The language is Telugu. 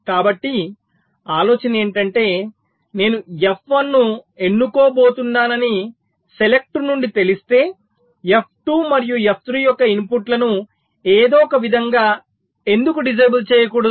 కాబట్టి ఆలోచన ఏమిటంటే నేను F1 ను ఎన్నుకోబోతున్నానని సెలెక్ట్ నుండి తెలిస్తే F2 మరియు F3 యొక్క ఇన్పుట్లను ఏదో ఒక విధంగా ఎందుకు డిసేబుల్ చేయకూడదు